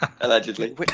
Allegedly